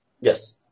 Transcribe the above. Yes